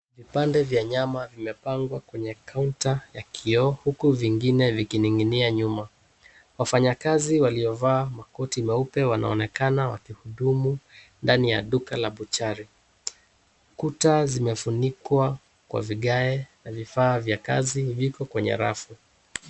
Vipande vya nyama vimepangwa kwenye counter ya kioo, huku vingine vikining'inia nyuma. Wafanyakazi waliovaa makoti meupe wanaonekana wakihudumu ndani ya duka la buchari. Kuta zimefunikwa kwa vigae na vifaa vya kazi viko kwenye rafu.